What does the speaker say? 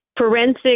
forensic